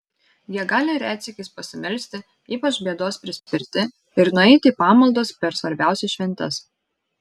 jie gali retsykiais pasimelsti ypač bėdos prispirti ir nueiti į pamaldas per svarbiausias šventes